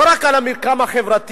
לא רק על רקע המרקם החברתי-התרבותי.